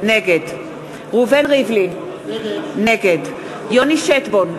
נגד ראובן ריבלין, נגד יוני שטבון,